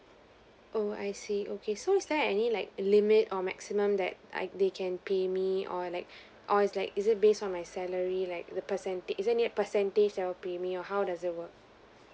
oh I see okay so is there any like limit or maximum that I they can pay me or like or it's like is it based on my salary like the percentage is there any percentage they will pay me or how does it work